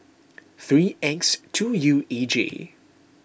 three X two U E G